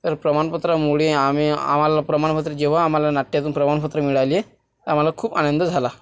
तर प्रमाणपत्रामुळे आम्ही आम्हाला प्रमाणपत्र जेव्हा आम्हाला नाट्यातून प्रमाणपत्र मिळाले आम्हाला खूप आनंद झाला